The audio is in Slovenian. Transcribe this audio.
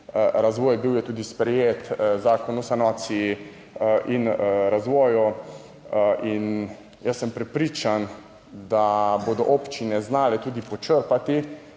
razvoj, bil je tudi sprejet zakon o sanaciji in razvoju. In jaz sem prepričan, da bodo občine znale tudi počrpati